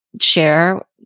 share